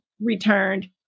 returned